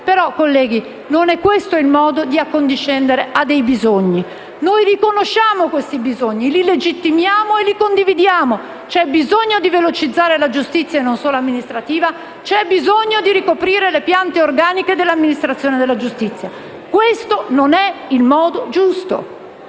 però, colleghi, non è questo il modo di accondiscendere a dei bisogni. Noi riconosciamo questi bisogni, li legittimiamo e li condividiamo: c'è bisogno di velocizzare la giustizia, non solo amministrativa, e c'è bisogno di ricoprire le piante organiche dell'amministrazione della giustizia. Ma questo non è il modo giusto,